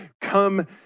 come